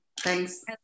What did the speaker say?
thanks